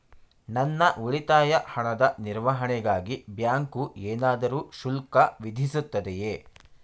ನನ್ನ ಉಳಿತಾಯ ಹಣದ ನಿರ್ವಹಣೆಗಾಗಿ ಬ್ಯಾಂಕು ಏನಾದರೂ ಶುಲ್ಕ ವಿಧಿಸುತ್ತದೆಯೇ?